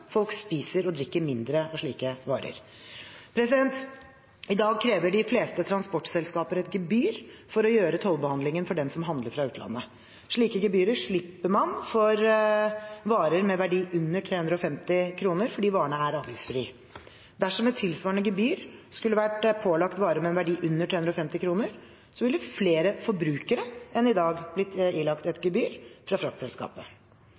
folk spiser og drikker mindre av slike varer. I dag krever de fleste transportselskaper et gebyr for å gjøre tollbehandlingen for den som handler fra utlandet. Slike gebyrer slipper man for varer med verdi under 350 kr fordi varene er avgiftsfrie. Dersom et tilsvarende gebyr skulle vært pålagt varer med en verdi under 350 kr, ville flere forbrukere enn i dag blitt ilagt et gebyr fra fraktselskapet.